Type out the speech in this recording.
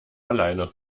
alleine